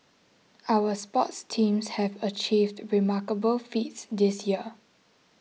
our sports teams have achieved remarkable feats this year